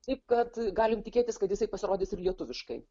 taip kad galim tikėtis kad jisai pasirodys ir lietuviškai